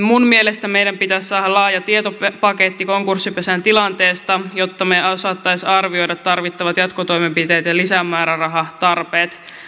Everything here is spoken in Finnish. minun mielestäni meidän pitäisi saada laaja tietopaketti konkurssipesän tilanteesta jotta me osaisimme arvioida tarvittavat jatkotoimenpiteet ja lisämäärärahatarpeet